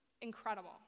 incredible